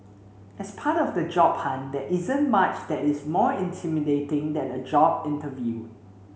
as part of the job hunt there isn't much that is more intimidating than a job interview